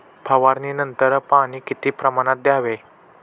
फवारणीनंतर पाणी किती प्रमाणात द्यावे?